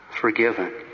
forgiven